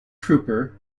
trooper